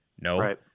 No